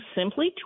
simply